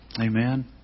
Amen